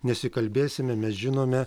nesikalbėsime mes žinome